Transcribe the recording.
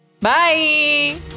Bye